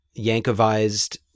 Yankovized